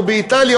או באיטליה,